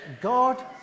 God